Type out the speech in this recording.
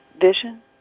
vision